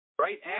right